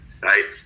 right